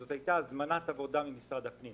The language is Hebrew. זאת הייתה הזמנת עבודה ממשרד הפנים.